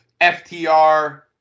FTR